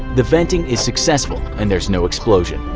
the venting is successful and there is no explosion.